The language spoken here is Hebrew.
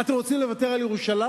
אתם רוצים לוותר על ירושלים?